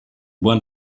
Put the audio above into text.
bahn